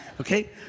okay